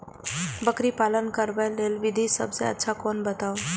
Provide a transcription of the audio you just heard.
बकरी पालन करबाक लेल विधि सबसँ अच्छा कोन बताउ?